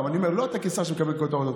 הוא בכיר יותר?